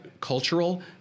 cultural